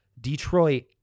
Detroit